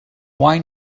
why